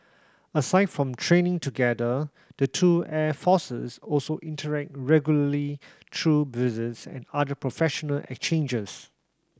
aside from training together the two air forces also interact regularly through visits and other professional exchanges